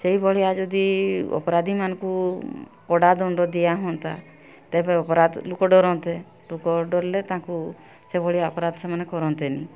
ସେଇ ଭଳିଆ ଯଦି ଅପରାଧୀମାନଙ୍କୁ କଡ଼ା ଦଣ୍ଡ ଦିଆହୁଅନ୍ତା ତେବେ ଅପରାଧ ଲୋକ ଡରନ୍ତେ ଲୋକ ଡରିଲେ ତାଙ୍କୁ ସେ ଭଳିଆ ଅପରାଧ ସେମାନେ କରନ୍ତେନି